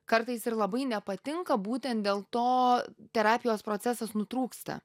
kartais ir labai nepatinka būtent dėl to terapijos procesas nutrūksta